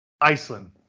Iceland